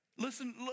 Listen